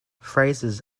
phrases